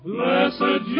Blessed